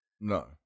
No